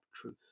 truth